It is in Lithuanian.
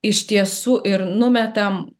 iš tiesų ir numetam